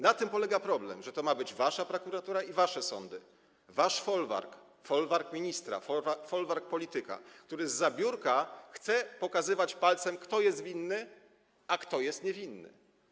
Na tym polega problem, że to mają być wasza prokuratura i wasze sądy, wasz folwark, folwark ministra, folwark polityka, który zza biurka chce pokazywać palcem, kto jest winny, a kto jest niewinny.